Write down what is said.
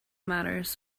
matters